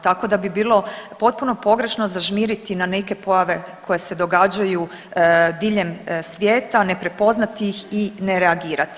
Tako da bi bilo potpuno pogrešno zažmiriti na neke pojave koje se događaju diljem svijeta, ne prepoznati ih i ne reagirati.